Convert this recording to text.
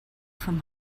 from